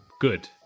Good